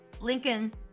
Lincoln